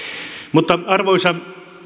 mutta arvoisa